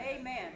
Amen